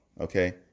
Okay